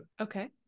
Okay